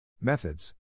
Methods